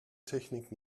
technik